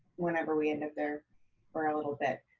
whenever we end up there for a little bit?